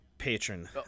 patron